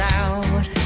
out